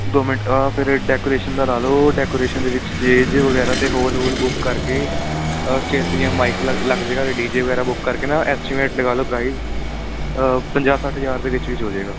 ਦੋ ਮਿੰਟ ਫਿਰ ਡੈਕੋਰੇਸ਼ਨ ਦਾ ਲਾ ਲਓ ਡੈਕੋਰੇਸ਼ਨ ਦੇ ਵਿੱਚ ਸਟੇਜ ਵਗੈਰਾ ਤੇ ਹੋਲ ਹੋਲ ਬੁੱਕ ਕਰਕੇ ਸਟੇਜ 'ਤੇ ਜਿਵੇਂ ਮਾਈਅਕ ਲੱਗ ਜਾਵੇਗਾ ਅਤੇ ਡੀਜੇ ਵਗੈਰਾ ਬੁੱਕ ਕਰਕੇ ਨਾ ਐਸਟੀਮੇਟ ਲਗਾ ਲਓ ਪ੍ਰਾਈਜ਼ ਪੰਜਾਹ ਸੱਠ ਹਜ਼ਾਰ ਦੇ ਵਿੱਚ ਵਿੱਚ ਹੋ ਜਾਵੇਗਾ